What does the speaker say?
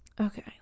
Okay